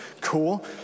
cool